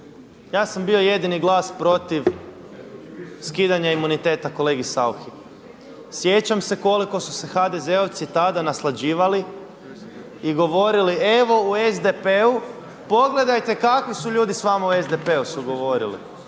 Ja sam bio jedini glas protiv skidanja imuniteta kolegi Sauchi. Sjećam se koliko su se HDZ-ovci tada naslađivali i govorili evo u SDP-u, pogledajte kakvi su ljudi sa vama u SDP-u su govorili.